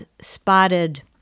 spotted